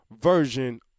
version